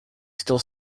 still